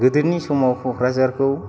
गोदोनि समाव कक्राझारखौ